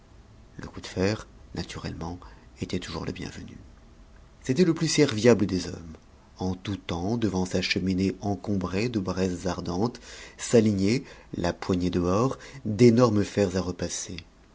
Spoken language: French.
le coup de fer naturellement était toujours le bienvenu c'était le plus serviable des hommes en tout temps devant sa cheminée encombrée de braises ardentes s'alignaient la poignée dehors d'énormes fers à repasser